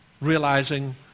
realizing